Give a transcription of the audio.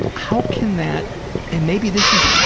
how can that and maybe this is